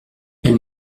elle